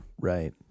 Right